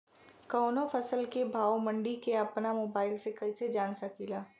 कवनो फसल के भाव मंडी के अपना मोबाइल से कइसे जान सकीला?